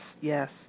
yes